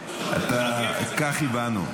תודה.